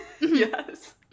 Yes